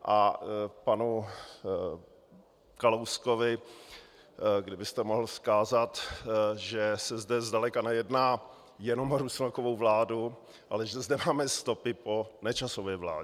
A panu Kalouskovi kdybyste mohl vzkázat, že se zde zdaleka nejedná jenom o Rusnokovu vládu, ale že zde máme stopy po Nečasově vládě.